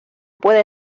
puede